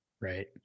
Right